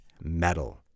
metal